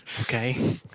Okay